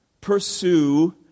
pursue